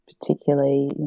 particularly